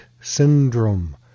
syndrome